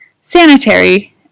sanitary